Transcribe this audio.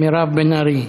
מירב בן ארי.